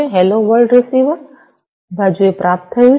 hello world receiver બાજુએ પ્રાપ્ત થયું છે